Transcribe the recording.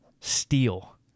steal